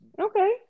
okay